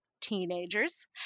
teenagers